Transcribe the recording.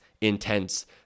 intense